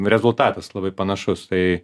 rezultatas labai panašus tai